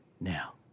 Now